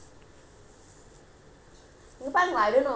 you plan [what] I don't know when you want to do you do lah it's fine